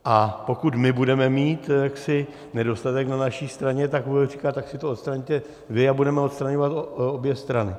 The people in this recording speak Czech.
A pokud budeme mít jaksi nedostatek na naší straně, tak budou říkat: tak si to odstraňte vy a budeme odstraňovat obě strany.